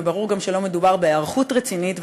וברור גם שלא מדובר בהיערכות רצינית.